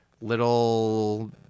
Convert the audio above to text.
little